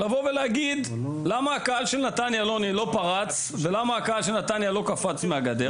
שואלים למה הקהל של נתניה לא פרץ ולא קפץ מהגדר?